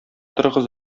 торыгыз